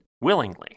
Willingly